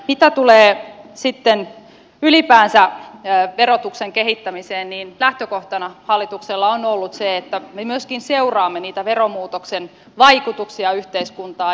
mitä tulee sitten ylipäänsä verotuksen kehittämiseen lähtökohtana hallituksella on ollut se että me myöskin seuraamme niitä veromuutoksen vaikutuksia yhteiskuntaan